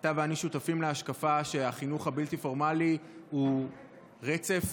אתה ואני שותפים להשקפה שהחינוך הבלתי-פורמלי הוא ברצף